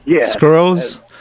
squirrels